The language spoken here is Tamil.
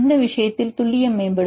இந்த விஷயத்தில் துல்லியம் மேம்படும்